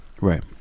right